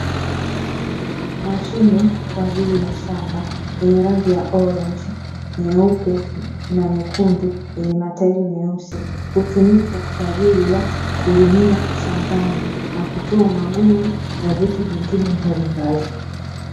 Mashine kwajili shamba yenye rangi ya orenji, nyeupe na nyekundu yenye matairi meusi hutumika kwajili ya kulimia shambani na kutoa magugu na vitu vingine mbalimbali.